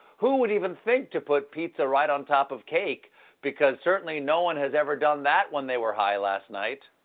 who would even think to put pizza right on top of cake because certainly no one has ever done that when they were high last night.